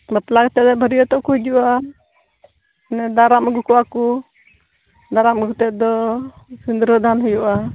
ᱵᱟᱯᱞᱟ ᱠᱟᱛᱮᱫ ᱫᱚ ᱵᱟᱹᱨᱭᱟᱹᱛᱚᱜ ᱠᱚ ᱦᱤᱡᱩᱜᱼᱟ ᱫᱟᱨᱟᱢ ᱟᱹᱜᱩ ᱠᱚᱣᱟᱠᱚ ᱫᱟᱨᱟᱢ ᱟᱹᱜᱩ ᱠᱟᱛᱮᱫ ᱫᱚ ᱥᱤᱸᱫᱽᱨᱟᱹᱫᱟᱱ ᱦᱩᱭᱩᱜᱼᱟ